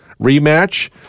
rematch